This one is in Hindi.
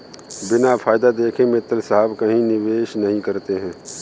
बिना फायदा देखे मित्तल साहब कहीं निवेश नहीं करते हैं